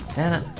and